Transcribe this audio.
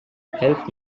help